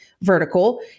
vertical